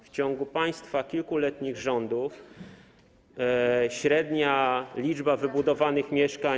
W ciągu państwa kilkuletnich rządów średnia liczba wybudowanych mieszkań.